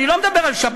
אני לא מדבר על שבת,